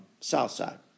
Southside